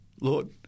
Lord